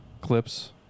clips